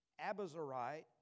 Abazarite